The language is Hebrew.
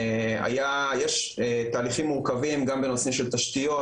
יש תהליכים מורכבים גם בנושא של תשתיות,